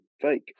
fake